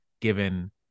given